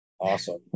Awesome